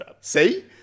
See